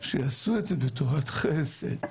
שיעשו את זה בתורת חסד.